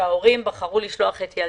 שההורים בחרו לשלוח את ילדיהם.